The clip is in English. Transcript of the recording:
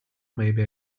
maybe